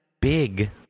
big